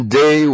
day